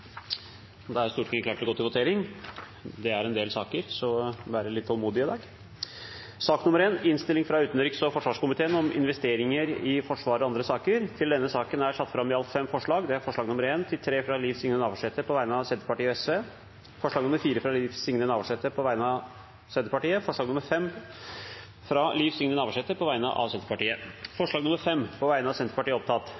Da er Stortinget klar til å gå til votering. Det er en del saker, så vi får være litt tålmodige i dag. Under debatten er det satt fram i alt fem forslag. Det er forslagene nr. 1–3, fra Liv Signe Navarsete på vegne av Senterpartiet og Sosialistisk Venstreparti forslagene nr. 4 og 5, fra Liv Signe Navarsete på vegne av Senterpartiet Det voteres over forslag nr. 5, fra Senterpartiet. Forslaget lyder: «På bakgrunn av nye opplysningar frå Avinor i saka om forsvarsinvesteringar på